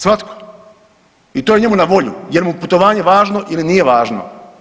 Svatko i to njemu na volju jer mu putovanje važno ili nije važno.